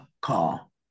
call